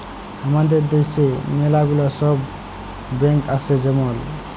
হামাদের দ্যাশে ম্যালা গুলা সব ব্যাঙ্ক আসে যেমল